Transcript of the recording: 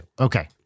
okay